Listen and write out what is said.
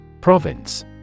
Province